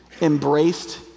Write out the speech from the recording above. embraced